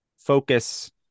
focus